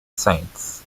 saints